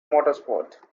motorsport